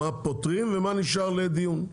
מה פותרים ומה נשאר לדיון.